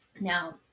Now